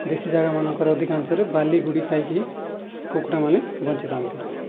ଦେଶୀ ଜାଗାମାନଙ୍କରେ ଅଧିକାଂଶରେ ବାଲି ଗୋଡ଼ି ଖାଇକି କୁକୁଡ଼ାମାନେ ବଞ୍ଚିଥାନ୍ତି